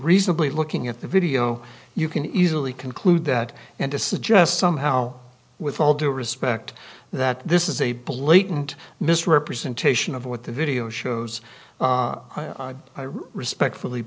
reasonably looking at the video you can easily conclude that and to suggest somehow with all due respect that this is a blatant misrepresentation of what the video shows respectfully